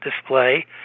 display